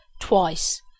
twice